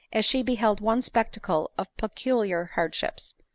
as she beheld one spectacle of peculiar hardships.